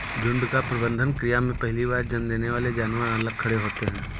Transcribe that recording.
झुंड का प्रबंधन क्रिया में पहली बार जन्म देने वाले जानवर अलग खड़े होते हैं